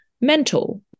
mental